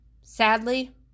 Sadly